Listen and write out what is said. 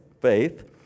Faith